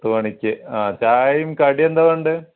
പത്ത് മണിക്ക് ആ ചായയും കടി എന്താണ് വേണ്ടത്